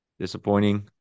disappointing